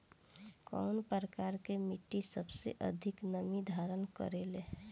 कउन प्रकार के मिट्टी सबसे अधिक नमी धारण करे ले?